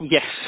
Yes